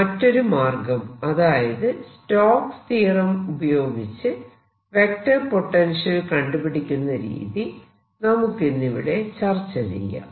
മറ്റൊരു മാർഗ്ഗം അതായത് സ്റ്റോക്സ് തിയറം ഉപയോഗിച്ച് വെക്ടർ പൊട്ടൻഷ്യൽ കണ്ടു പിടിക്കുന്ന രീതി നമുക്കിന്നിവിടെ ചർച്ച ചെയ്യാം